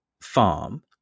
farm